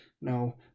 No